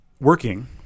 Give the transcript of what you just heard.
working